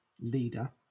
leader